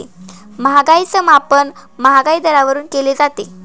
महागाईच मापन महागाई दरावरून केलं जातं